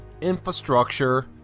infrastructure